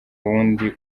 wundi